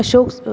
Ashoks